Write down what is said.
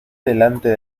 delante